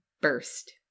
burst